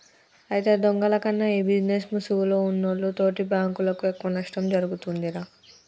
అయితే దొంగల కన్నా ఈ బిజినేస్ ముసుగులో ఉన్నోల్లు తోటి బాంకులకు ఎక్కువ నష్టం ఒరుగుతుందిరా